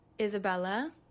isabella